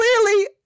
clearly